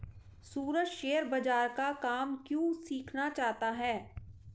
सूरज share बाजार का काम क्यों सीखना चाहता है?